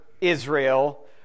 Israel